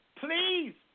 Please